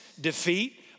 defeat